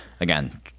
again